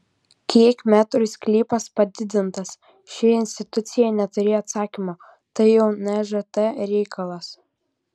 kiek metrų sklypas padidintas ši institucija neturėjo atsakymo tai jau nžt reikalas